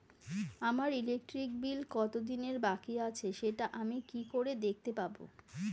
আমার electric bill কত দিনের বাকি আছে সেটা আমি কি করে দেখতে পাবো?